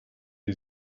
die